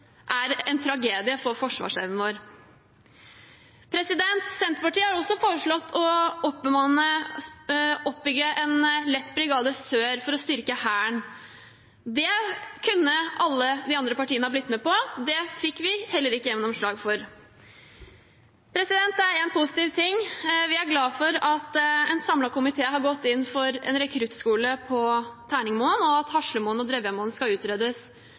er en tragedie for forsvarsevnen vår. Senterpartiet har også foreslått å bygge opp en lettbrigade sør for å styrke Hæren. Det kunne alle de andre partiene ha blitt med på, det fikk vi heller ikke gjennomslag for. Det er én positiv ting: Vi er glad for at en samlet komité har gått inn for en rekruttskole på Terningmoen, og at Haslemoen og Drevjamoen skal utredes